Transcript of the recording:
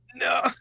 No